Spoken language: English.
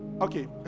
Okay